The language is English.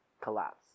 collapse